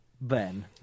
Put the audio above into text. Ben